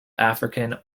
african